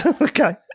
okay